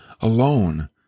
alone